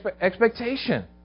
expectation